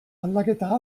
aldaketa